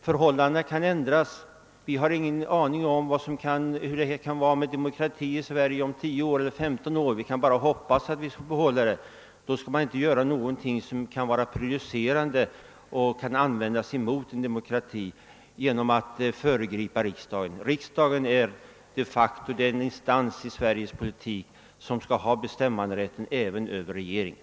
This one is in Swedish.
Förhållandena kan ändras, och vi har inte någon aning om hur det kan ligga till med demokratin i Sverige om tio eller femton år; kan bara hoppas att vi får behålla demokratin. Man bör då inte föregripa riksdagen och göra någonting som kan bli prejudicerande och användas mot demokratin. Riksdagen är de facto den instans i Sveriges politik som skall ha bestämmanderätten även över regeringen.